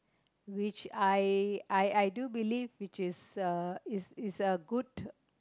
which I I I do believe which is a is is a good